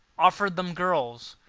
offered them girls,